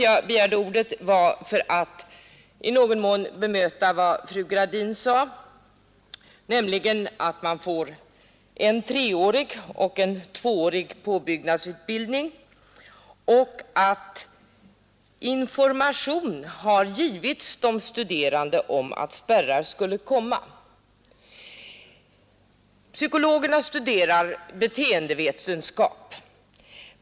Jag begärde ordet för att i någon mån bemöta vad fru Gradin sade, nämligen att man får en treårig och en tvåårig påbyggnadsutbildning och att information har givits de studerande om att spärrar skulle komma. Psykologerna studerar beteendevetenskap.